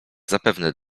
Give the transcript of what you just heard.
zapewne